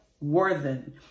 Worthen